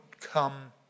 come